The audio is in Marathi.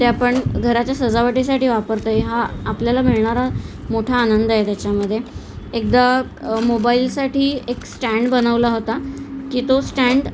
ते आपण घराच्या सजावटीसाठी वापरतो आहे हा आपल्याला मिळणारा मोठा आनंद आहे त्याच्यामध्ये एकदा मोबाईलसाठी एक स्टँड बनवला होता की तो स्टँड